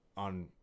on